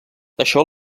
això